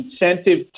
incentive